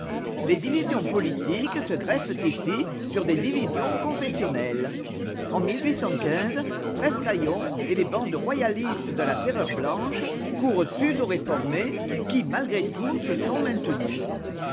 les divisions politiques se greffent ici sur des divisions confessionnelles en trestaillons et les bandes royalistes de la terreur blanche courent sus aux réformés qui malgré tout se sont maintenus